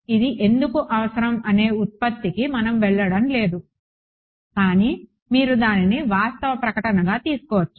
ఇది ఎందుకు అవసరం అనే వ్యుత్పత్తికి మనం వెళ్లడం లేదు కానీ మీరు దానిని వాస్తవ ప్రకటనగా తీసుకోవచ్చు